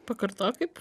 pakartok kaip